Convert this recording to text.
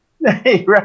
right